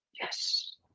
Yes